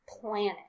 planet